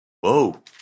Whoa